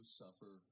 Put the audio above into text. suffer